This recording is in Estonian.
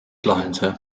lahenduse